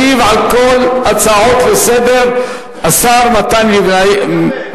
ישיב על כל ההצעות לסדר-היום השר מתן וילנאי.